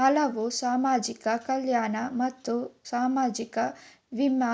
ಹಲವಾರು ಸಾಮಾಜಿಕ ಕಲ್ಯಾಣ ಮತ್ತು ಸಾಮಾಜಿಕ ವಿಮಾ